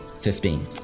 Fifteen